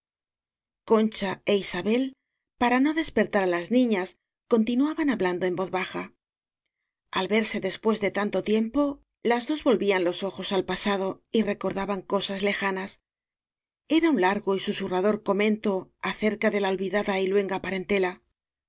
concha é isabel para no despertar á las niñas continuaban hablando en voz baja al verse después de tanto tiempo las dos vol vían los ojos al pasado y recordaban cosas lejanas era un largo y susurrador comento acerca de la olvidada y luenga parentela